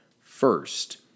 first